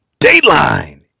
Dateline